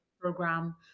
program